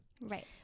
Right